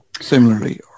similarly